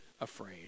afraid